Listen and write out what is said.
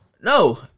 No